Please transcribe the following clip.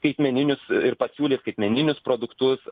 skaitmeninius ir pasiūlė skaitmeninius produktus